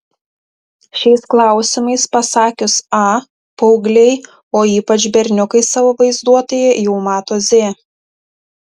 šiais klausimais pasakius a paaugliai o ypač berniukai savo vaizduotėje jau mato z